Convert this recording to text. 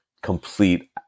complete